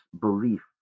belief